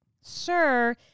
sir